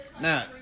Now